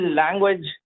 language